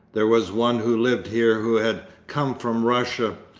there was one who lived here who had come from russia,